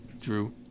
Drew